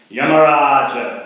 Yamaraja